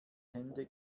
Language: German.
hände